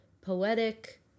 poetic